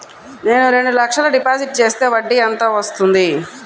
నేను రెండు లక్షల డిపాజిట్ చేస్తే వడ్డీ ఎంత వస్తుంది?